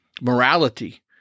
morality